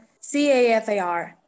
CAFAR